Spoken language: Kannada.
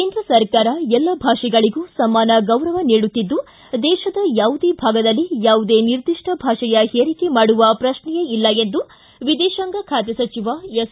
ಕೇಂದ್ರ ಸರ್ಕಾರ ಎಲ್ಲ ಭಾಷೆಗಳಿಗೂ ಸಮಾನ ಗೌರವ ನೀಡುತ್ತಿದ್ದು ದೇಶದ ಯಾವುದೇ ಭಾಗದಲ್ಲಿ ಯಾವುದೇ ನಿರ್ದಿಷ್ಟ ಭಾಷೆಯ ಹೇರಿಕೆ ಮಾಡುವ ಪ್ರಶ್ನೆಯೇ ಇಲ್ಲ ಎಂದು ವಿದೇಶಾಂಗ ಖಾತೆ ಸಚಿವ ಎಸ್